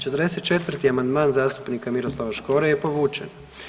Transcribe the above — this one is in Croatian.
44. amandman zastupnika Miroslava Škore je povučen.